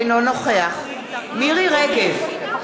אינו נוכח מירי רגב,